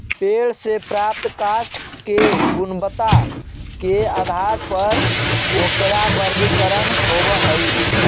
पेड़ से प्राप्त काष्ठ के गुणवत्ता के आधार पर ओकरा वर्गीकरण होवऽ हई